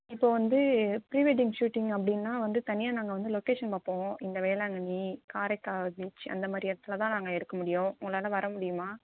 இப்போ வந்து prewedding shooting அப்படின்னா வந்து தனியாக நாங்கள் வந்து லொக்கேஷன் பார்ப்போம் இந்த வேளாங்கண்ணி காரைக்கால் பீச் அந்தமாதிரி இடத்துல தான் நாங்கள் எடுக்க முடியும் உங்களால் வர முடியுமா